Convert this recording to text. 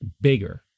bigger